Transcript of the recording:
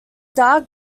dark